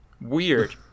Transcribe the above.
Weird